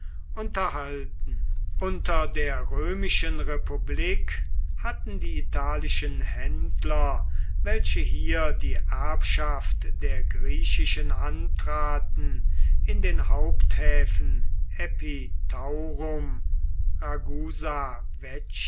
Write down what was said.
unterhalten unter der römischen republik hatten die italischen händler welche hier die erbschaft der griechischen antraten in den haupthäfen